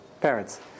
parents